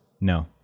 No